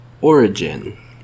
Origin